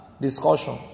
discussion